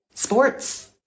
Sports